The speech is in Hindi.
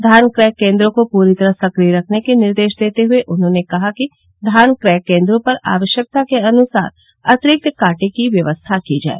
धान क्रय केन्द्रों को पूरी तरह सक्रिय रखने के निर्देश देते हुये उन्होंने कहा कि धान क्रय केन्द्रों पर आवश्यकता के अनुसार अतिरिक्त कांटे की व्यवस्था की जाय